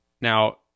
Now